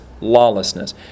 lawlessness